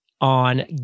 on